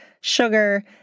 sugar